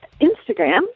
Instagram